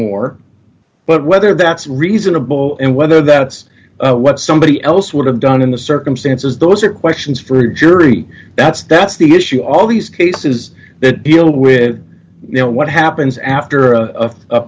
more but whether that's reasonable and whether that's what somebody else would have done in the circumstances those are questions for the jury that's that's the issue all these cases that deal with you know what happens after